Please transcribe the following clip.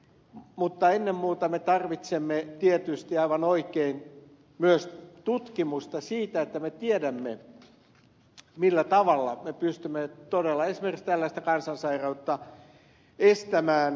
mutta ennen muuta me tarvitsemme tietysti aivan oikein myös tutkimusta siitä että me tiedämme millä tavalla me pystymme todella esimerkiksi tällaista kansansairautta estämään